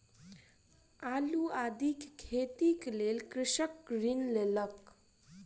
आलू आदि के खेतीक लेल कृषक ऋण लेलक